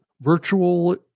virtual